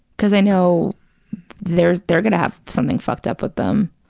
because i know they're they're going to have something fucked up with them,